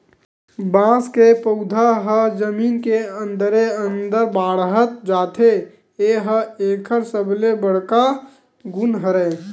बांस के पउधा ह जमीन के अंदरे अंदर बाड़हत जाथे ए ह एकर सबले बड़का गुन हरय